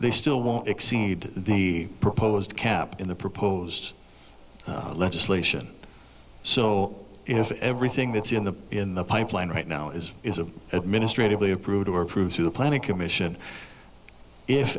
they still won't exceed the proposed cap in the proposed legislation so if everything that's in the in the pipeline right now is is a administratively approved or approved through the planning commission if